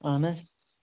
اَہَن حظ